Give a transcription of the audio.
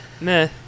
meh